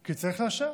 כי צריך לאשר.